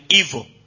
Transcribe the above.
evil